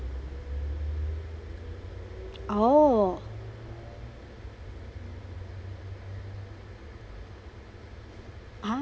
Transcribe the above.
oh